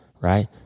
right